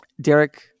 Derek